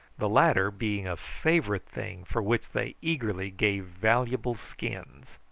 the latter being a favourite thing for which they eagerly gave valuable skins.